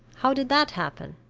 how did that happen?